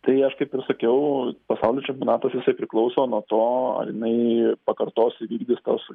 tai aš kaip ir sakiau pasaulio čempionatuose jisai priklauso nuo to ar jinai pakartos įvykdys tuos